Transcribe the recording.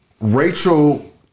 Rachel